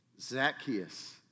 Zacchaeus